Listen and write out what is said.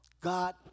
God